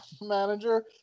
manager